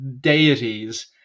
deities